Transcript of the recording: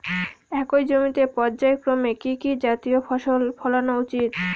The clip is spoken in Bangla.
একই জমিতে পর্যায়ক্রমে কি কি জাতীয় ফসল ফলানো উচিৎ?